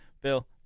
Bill